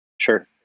Sure